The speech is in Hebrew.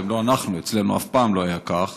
שהם לא אנחנו, אצלנו אף פעם לא היה כך,